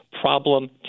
problem